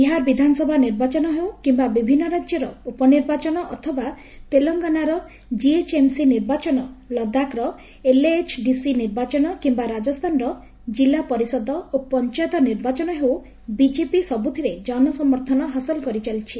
ବିହାର ବିଧାନସଭା ନିର୍ବାଚନ ହେଉ କିମ୍ବା ବିଭିନ୍ନ ରାଜ୍ୟର ଉପନିର୍ବାଚନ ଅଥବା ତେଲଙ୍ଗାନାର ଜିଏଚ୍ଏମ୍ସି ନିର୍ବାଚନ ଲଦାଖ୍ର ଏଲଏଏଚ୍ଡିସି ନିର୍ବାଚନ କିମ୍ବା ରାଜସ୍ଥାନର ଜିଲ୍ଲା ପରିଷଦ ଓ ପଞ୍ଚାୟତ ନିର୍ବାଚନ ହେଉ ବିକେପି ସବ୍ରଥିରେ ଜନ ସମର୍ଥନ ହାସଲ କରିଚାଲିଛି